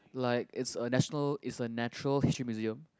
like is a national is a Natural History Museum